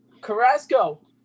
Carrasco